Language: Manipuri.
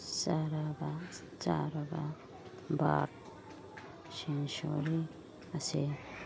ꯆꯥꯔꯕ ꯕꯥꯔꯗ ꯁꯦꯡꯆꯨꯋꯥꯔꯤ ꯑꯁꯦ